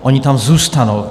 Oni tam zůstanou.